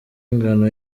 ingano